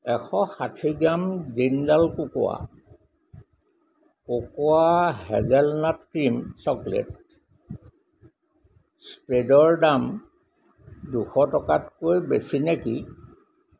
এশ ষাঠি গ্ৰাম জিণ্ডাল কোকোৱা হেজেলনাট ক্ৰীম চকলেট স্প্ৰেডৰ দাম দুশ টকাতকৈ বেছি নেকি